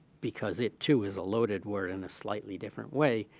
because it too is a loaded word in a slightly different way.